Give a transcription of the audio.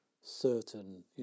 certain